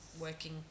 working